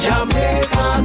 Jamaica